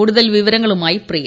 കൂടുതൽ വിവരങ്ങളുമായി പ്രിയ